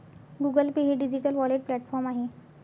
Google Pay हे digital wallet platform आहे